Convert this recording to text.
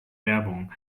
werbung